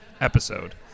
episode